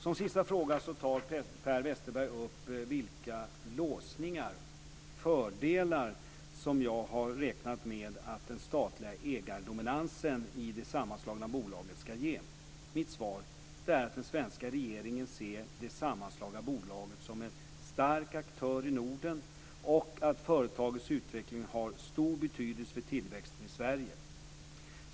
Som sista fråga tar Per Westerberg upp vilka låsningar/fördelar som jag har räknat med att den statliga ägardominansen i det sammanslagna bolaget ska ge. Mitt svar är att den svenska regeringen ser det sammanslagna bolaget som en stark aktör i Norden och anser att företagets utveckling har stor betydelse för tillväxten i Sverige.